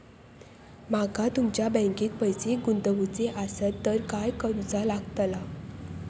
माका तुमच्या बँकेत पैसे गुंतवूचे आसत तर काय कारुचा लगतला?